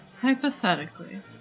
Hypothetically